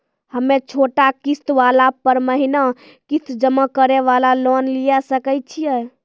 हम्मय छोटा किस्त वाला पर महीना किस्त जमा करे वाला लोन लिये सकय छियै?